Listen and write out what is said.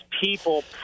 people